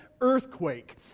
earthquake